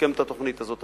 לסכם את התוכנית הזאת.